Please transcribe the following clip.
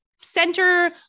center